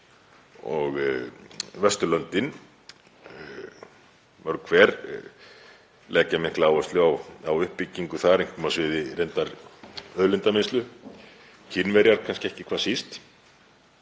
og Vesturlöndin, mörg hver, leggja mikla áherslu á uppbyggingu þar, reyndar einkum á sviði auðlindavinnslu, Kínverjar kannski ekki hvað síst.